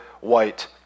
white